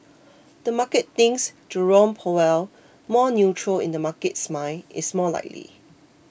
the market thinks Jerome Powell more neutral in the market's mind is more likely